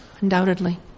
Undoubtedly